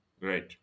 Right